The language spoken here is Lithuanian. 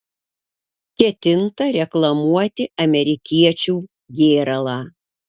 ketinta reklamuoti amerikiečių gėralą